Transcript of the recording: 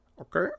Okay